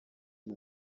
iyi